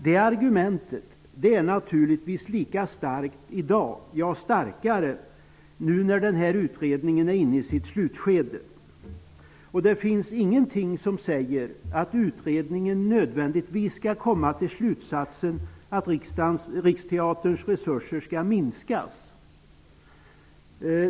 Det argumentet är naturligtvis lika starkt i dag. Det kanske t.o.m. är starkare nu när den här utredningen är inne i sitt slutskede. Det finns ingenting som säger att utredningen nödvändigtvis kommer till slutsatsen att Riksteaterns resurser skall minskas.